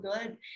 good